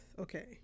Okay